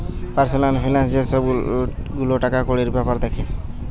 personal finance যে সব গুলা টাকাকড়ির বেপার দ্যাখে